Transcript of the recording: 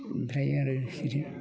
ओमफ्राय आरो इसोरो